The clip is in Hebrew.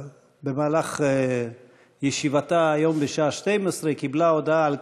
במהלך ישיבתה היום בשעה 12:00 קיבלה הודעה על